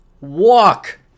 walk